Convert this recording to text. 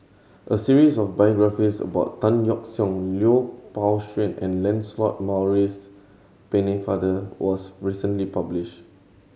a series of biographies about Tan Yeok Seong Lui Pao Chuen and Lancelot Maurice Pennefather was recently published